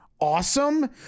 awesome